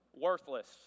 Worthless